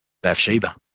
Bathsheba